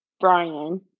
Brian